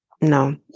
no